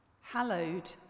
Hallowed